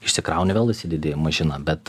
išsikrauni vėl įsidedi į mašiną bet